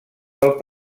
del